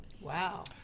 wow